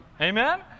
Amen